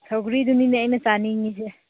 ꯁꯧꯒ꯭ꯔꯤꯗꯨꯅꯦ ꯑꯩꯅ ꯆꯥꯅꯤꯡꯏꯁꯦ